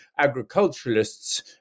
Agriculturalists